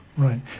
Right